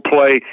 play